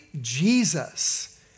Jesus